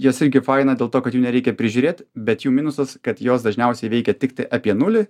jas irgi faina dėl to kad jų nereikia prižiūrėt bet jų minusas kad jos dažniausiai veikia tiktai apie nulį